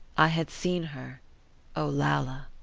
i had seen her olalla!